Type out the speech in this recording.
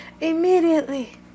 immediately